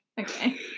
Okay